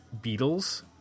Beatles